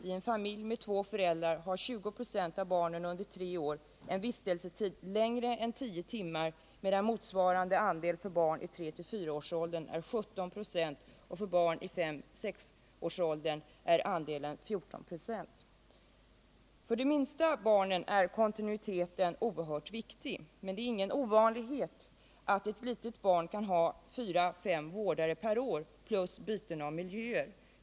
I familjer med två föräldrar har 20 96 av barnen under tre år en vistelsetid på mer än tio timmar, medan motsvarande andel för barn i tre-fyra-årsåldern är 17 96, och för barn i fem-sex-årsåldern är andelen 14 96. För de minsta barnen är kontinuiteten oerhört viktig. Men det är ingen ovanlighet att ett litet barn har fyra fem vårdare per år plus byten av miljöer.